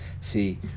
See